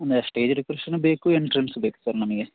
ಅಂದರೆ ಸ್ಟೇಜ್ ಡೆಕೋರೇಶನ್ನೂ ಬೇಕು ಎಂಟ್ರೆನ್ಸೂ ಬೇಕು ಸರ್ ನಮಗೆ